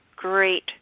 Great